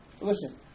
Listen